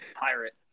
pirate